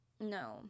No